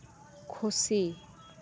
ᱠᱷᱩᱥᱤ